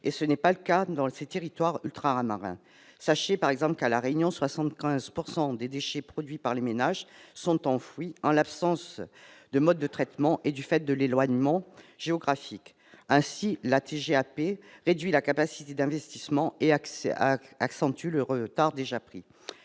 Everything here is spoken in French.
et ce n'est pas le cas dans le c'est territoires ultramarins sachez par exemple qu'à la Réunion 75 pourcent des déchets produits par les ménages sont enfouis en l'absence de mode de traitement et du fait de l'éloignement géographique ainsi la TGAP réduit la capacité d'investissement et accès à la accentuent leur temps déjà pris